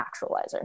actualizer